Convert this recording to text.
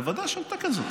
בוודאי שנתקן את זה.